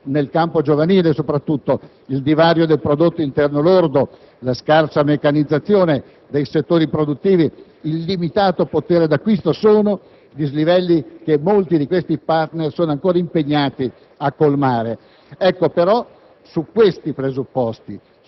la disoccupazione, proprio nella fascia giovanile, il divario del prodotto interno lordo, la scarsa meccanizzazione dei settori produttivi e il limitato potere di acquisto sono dislivelli che molti di questi *partner* sono ancora impegnati a colmare. Su